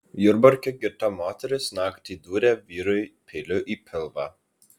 jurbarke girta moteris naktį dūrė vyrui peiliu į pilvą